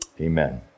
amen